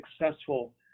successful